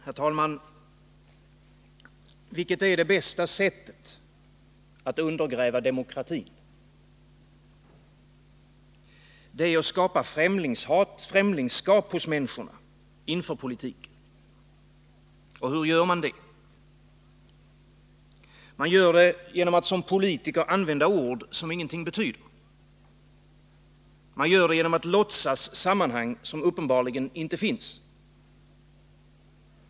Herr talman! Vilket är det bästa sättet att undergräva demokratin? — Det är att skapa främlingskap hos människorna inför politiken. Och hur gör man det? — Man gör det genom att som politiker använda ord, som ingenting betyder. Man gör det genom att låtsas sammanhang, som uppenbarligen inte finns.